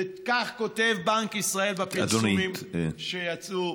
וכך כותב בנק ישראל בפרסומים שיצאו.